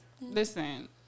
Listen